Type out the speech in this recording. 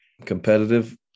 competitive